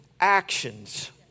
actions